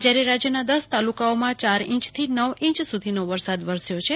જયારે રાજયના દશ તાલુકાઓમાં ચાર ઈંચ થી નવ ઈંચ સુ ધીનો વરસાદ વરસ્યો છે